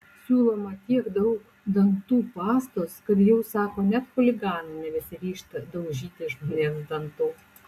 siūloma tiek daug dantų pastos kad jau sako net chuliganai nebesiryžta daužyti žmonėms dantų